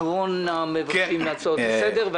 אחרון המבקשים להצעות לסדר-היום.